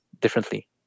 differently